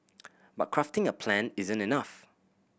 but crafting a plan isn't enough